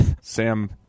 Sam